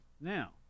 Now